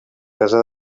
casà